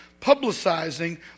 publicizing